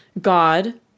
God